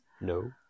No